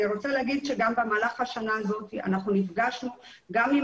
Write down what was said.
אני רוצה להגיד שגם במהלך השנה הזאת אנחנו נפגשנו גם עם